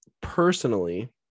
personally